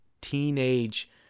teenage